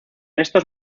estos